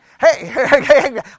hey